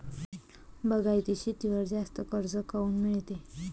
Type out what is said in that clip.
बागायती शेतीवर जास्त कर्ज काऊन मिळते?